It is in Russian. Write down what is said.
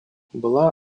была